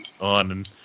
on